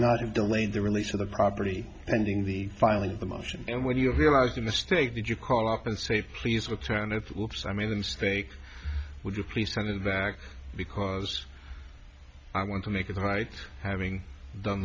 not have delayed the release of the property ending the filing of the motion and when you realize the mistake did you call up and say please return it looks i made a mistake would you please send it back because i want to make it right having done